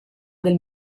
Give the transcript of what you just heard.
del